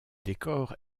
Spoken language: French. décor